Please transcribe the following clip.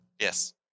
yes